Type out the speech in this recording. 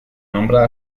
nombra